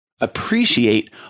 appreciate